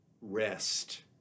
rest